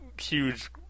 huge